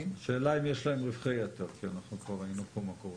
השאלה אם יש להם רווחי יתר כי כבר ראינו פה מה קורה.